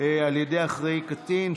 על ידי אחראי על קטין),